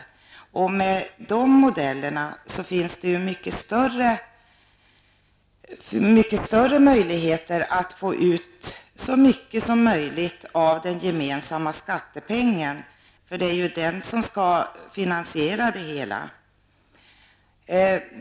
Med den modellen finns det mycket större möjligheter att få ut så mycket som möjligt av den gemensamma skattepengen -- det är ju den som skall finansiera det hela.